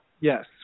Yes